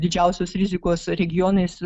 didžiausios rizikos regionais